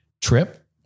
trip